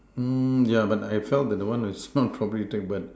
mm yeah but I felt that one is not properly tied but